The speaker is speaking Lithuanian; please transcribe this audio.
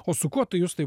o su kuo tu justai